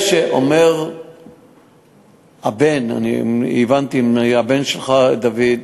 זה שאומר הבן, אם אני הבנתי, הבן שלך, דוד,